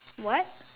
what